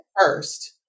first